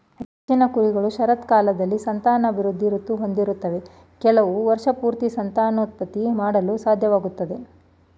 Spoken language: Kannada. ಹೆಚ್ಚಿನ ಕುರಿಗಳು ಶರತ್ಕಾಲದಲ್ಲಿ ಸಂತಾನವೃದ್ಧಿ ಋತು ಹೊಂದಿರ್ತವೆ ಕೆಲವು ವರ್ಷಪೂರ್ತಿ ಸಂತಾನೋತ್ಪತ್ತಿ ಮಾಡಲು ಸಾಧ್ಯವಾಗ್ತದೆ